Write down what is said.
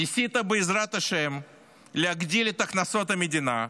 ניסית בעזרת השם להגדיל את הכנסות המדינה,